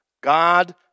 God